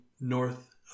North